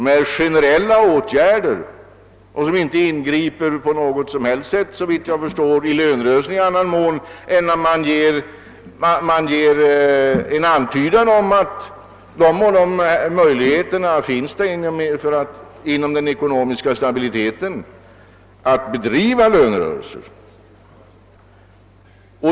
De är generella åtgärder som, såvitt jag förstår, inte på något som helst sätt ingriper i lönerörelserna i annan mån än att de ger en antydan om de möjligheter som med hänsyn till den ekonomiska stabiliteten finns att bedriva lönerörelser.